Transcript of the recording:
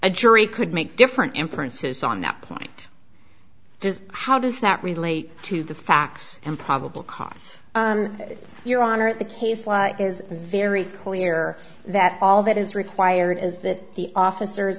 a jury could make different inferences on that point how does that relate to the facts and probable cause your honor the case law is very clear that all that is required is that the officers